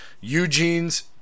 Eugene's